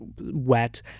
wet